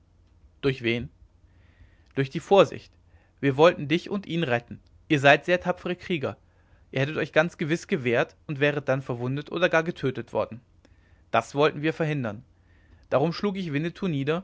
durch wen durch die vorsicht wir wollten dich und ihn retten ihr seid sehr tapfere krieger ihr hättet euch ganz gewiß gewehrt und wäret dann verwundet oder gar getötet worden das wollten wir verhindern darum schlug ich winnetou nieder